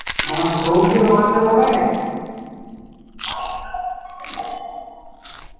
हाँ फ्रूट की दुकान से बोल रहे हैं